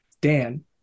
dan